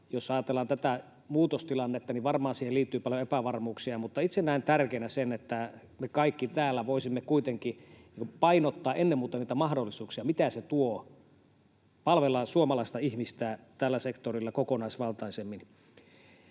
Jos ajatellaan tätä muutostilannetta, niin varmaan siihen liittyy paljon epävarmuuksia, mutta itse näen tärkeänä sen, että me kaikki täällä voisimme kuitenkin painottaa ennen muuta niitä mahdollisuuksia, mitä se tuo. Palvellaan suomalaista ihmistä tällä sektorilla kokonaisvaltaisemmin.